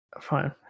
Fine